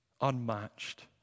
unmatched